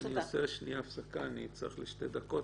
אני עושה הפסקה לשתי דקות,